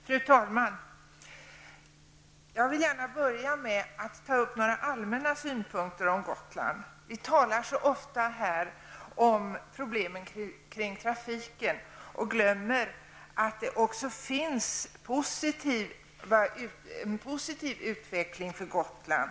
Fru talman! Jag vill gärna börja med att ta upp några upp några allmänna synpunkter på Gotland. Vi talar ofta om problemen kring trafiken och glömmer att det också finns en positiv utveckling för Gotland.